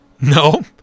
No